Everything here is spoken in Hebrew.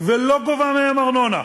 ולא גובה מהם ארנונה.